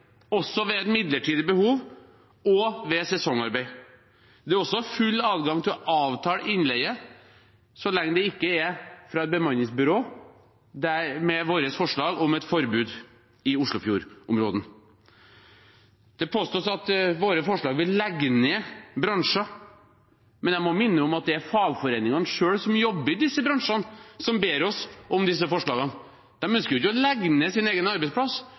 også ved midlertidig behov og ved sesongarbeid. Det er også full adgang til å avtale innleie så lenge det ikke er fra et bemanningsbyrå, med vårt forslag om et forbud i Oslofjord-området. Det påstås at våre forslag vil legge ned bransjer. Men jeg må minne om at det er fagforeningene selv for dem som jobber i disse bransjene, som ber oss om disse forslagene. De ønsker ikke å legge ned sin egen arbeidsplass,